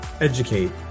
educate